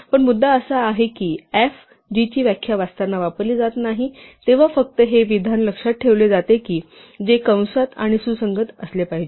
पण मुद्दा असा आहे की f g ची व्याख्या वाचताना वापरली जात नाही तेव्हा फक्त हे विधान लक्षात ठेवले जाते जे कंसात आणि सुसंगत असले पाहिजे